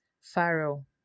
Pharaoh